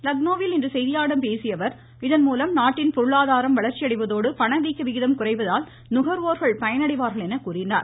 லக்னௌவில் இன்று செய்தியாளர்களிடம் பேசிய அவர் இதன்மூலம் நாட்டின் பொருளாதாரம் வளர்ச்சியடைவதோடு பணவீக்க விகிதம் குறைவதால் நுகர்வோர்கள் பயனடைவார்கள் எனக் கூறினார்